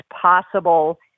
possible